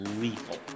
lethal